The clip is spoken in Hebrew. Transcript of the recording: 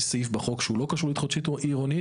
יש סעיף בחוק שהוא לא קשור להתחדשות עירונית,